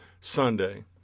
Sunday